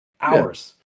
hours